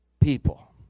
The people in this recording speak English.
people